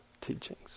teachings